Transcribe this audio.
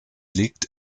liegt